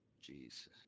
Jesus